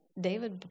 David